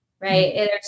right